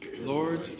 Lord